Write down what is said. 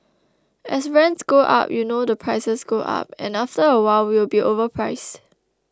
as rents go up you know the prices go up and after a while we'll be overpriced